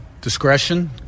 discretion